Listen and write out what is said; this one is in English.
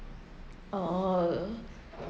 oh